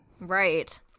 Right